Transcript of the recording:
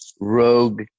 rogue